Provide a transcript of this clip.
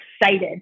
excited